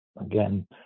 again